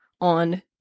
on